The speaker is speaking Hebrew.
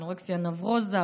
אנורקסיה נרבוזה,